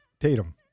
Tatum